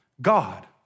God